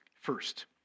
First